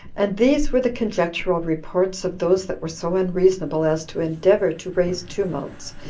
and these were the conjectural reports of those that were so unreasonable as to endeavor to raise tumults,